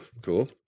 cool